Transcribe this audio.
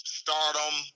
stardom